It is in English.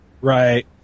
Right